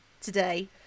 today